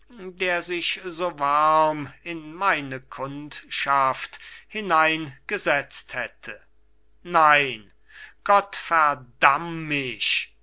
der sich so warm in meine kundschaft hineingesetzt hätte nein gott verdamm mich